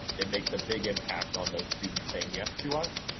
it makes a big impact on those students saying yes to us,